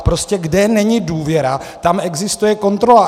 Prostě kde není důvěra, tam existuje kontrola.